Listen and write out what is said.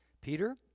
Peter